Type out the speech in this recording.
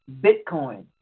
Bitcoin